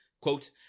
quote